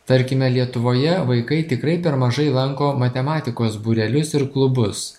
tarkime lietuvoje vaikai tikrai per mažai lanko matematikos būrelius ir klubus